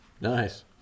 Nice